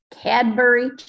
Cadbury